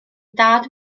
dad